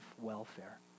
welfare